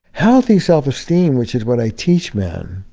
healthy self-esteem which is what i teach men,